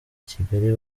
kigali